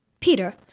Peter